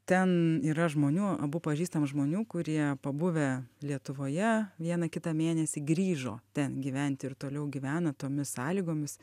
ten yra žmonių abu pažįstam žmonių kurie pabuvę lietuvoje vieną kitą mėnesį grįžo ten gyventi ir toliau gyvena tomis sąlygomis